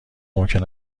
ممکن